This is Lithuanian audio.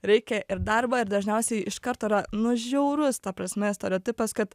reikia ir darbą ir dažniausiai iš karto yra nu žiaurus ta prasme stereotipas kad